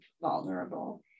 vulnerable